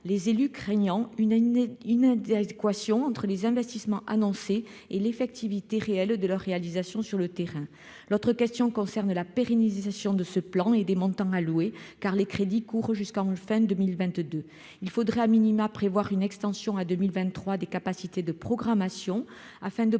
les élus craignant une année inadéquation entre les investissements annoncés et l'effectivité réelle de leur réalisation sur le terrain, l'autre question concerne la pérennisation de ce plan et des montants alloués car les crédits court jusqu'en fin 2022 il faudrait a minima, prévoir une extension à 2023, des capacités de programmation afin de